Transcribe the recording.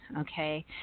okay